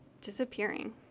disappearing